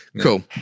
Cool